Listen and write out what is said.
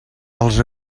als